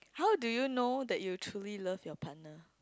how do you know that you truly love your partner